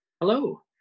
hello